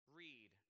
read